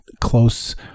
close